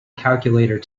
calculator